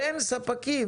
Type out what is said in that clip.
בין ספקים,